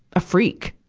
a freak.